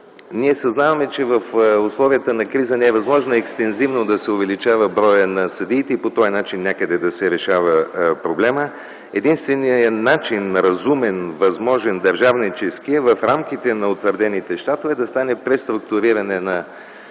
Ние съзнаваме, че в условията на криза не е възможно екстензивно да се увеличава броят на съдиите и по този начин някъде да се решава проблемът. Единственият начин – разумен, възможен, държавнически, е в рамките на утвърдените щатове да стане преструктуриране и